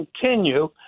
continue